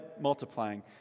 multiplying